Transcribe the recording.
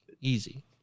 easy